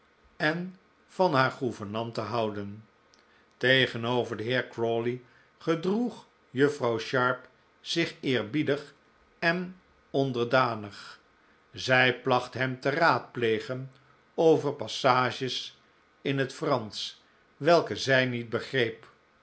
en van haar gouvernante houden tegenover den heer crawley gedroeg juffrouw sharp zich eerbiedig en onderdanig zij placht hem te raadplegen over passages in het fransch welke zij niet begreep